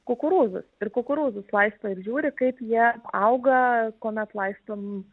kukurūzus ir kukurūzus laisto ir žiūri kaip jie auga kuomet laistom